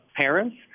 parents